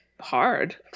hard